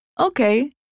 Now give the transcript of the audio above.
Okay